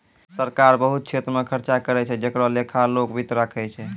सरकार बहुत छेत्र मे खर्चा करै छै जेकरो लेखा लोक वित्त राखै छै